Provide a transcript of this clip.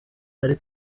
ari